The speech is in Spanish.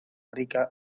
rica